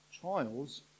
Trials